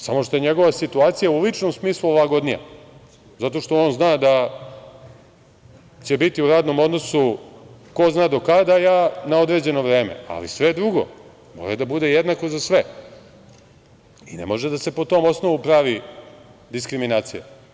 Samo što je njegova situacija u ličnom smislu lagodnija, zato što on zna da će biti u radnom odnosu ko zna do kada, a ja na određeno vreme, ali sve drugo mora da bude jednako za sve i ne može da se po tom osnovu pravi diskriminacija.